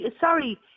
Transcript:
sorry